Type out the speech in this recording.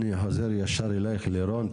אני חוזר ישר אלייך לירון,